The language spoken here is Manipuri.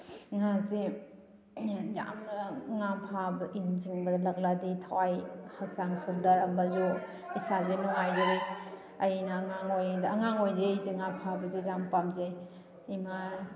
ꯉꯥꯁꯦ ꯌꯥꯝꯅ ꯉꯥ ꯐꯥꯕ ꯏꯟ ꯆꯤꯡꯕꯗ ꯂꯛꯂꯛꯑꯗꯤ ꯑꯩ ꯊꯋꯥꯏ ꯍꯛꯆꯥꯡ ꯁꯣꯟꯊꯔꯝꯕꯁꯨ ꯏꯁꯥꯁꯦ ꯅꯨꯡꯉꯥꯏꯖꯩ ꯑꯩꯅ ꯑꯉꯥꯡ ꯑꯣꯏꯔꯤꯉꯩꯗ ꯑꯉꯥꯡ ꯑꯣꯏꯔꯤꯉꯩꯗꯩ ꯑꯩꯁꯦ ꯉꯥ ꯐꯥꯕꯁꯦ ꯌꯥꯝ ꯄꯥꯝꯖꯩ ꯏꯃꯥ